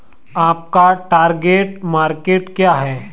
आपका target market क्या है?